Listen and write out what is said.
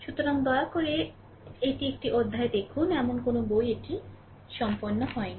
সুতরাং দয়া করে এটি একটি অধ্যায়ে দেখুন এমন কোনও বই এটি সম্পন্ন হয়নি